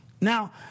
Now